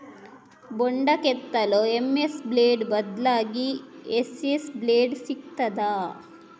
ಬೊಂಡ ಕೆತ್ತಲು MS blade ಬದ್ಲಾಗಿ ಎಸ್.ಎಸ್ ಬ್ಲೇಡ್ ಸಿಕ್ತಾದ?